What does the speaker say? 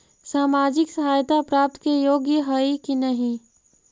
सामाजिक सहायता प्राप्त के योग्य हई कि नहीं?